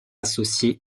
associée